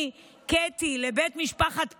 אני, קטי לבית משפחת פרץ,